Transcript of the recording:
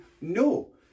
No